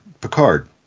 Picard